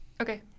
okay